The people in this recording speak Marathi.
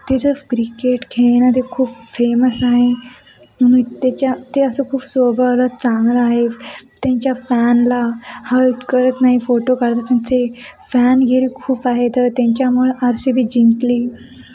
त्याचं क्रिकेट खेळणं ते खूप फेमस आहे म्हणून त्याच्या ते असं खूप स्वभावाला चांगलं आहे त्यांच्या फॅनला हर्ट करत नाही फोटो काढत त्यां ते फॅन घेरी खूप आहे तर त्यांच्यामुळं आर सी बी जिंंकली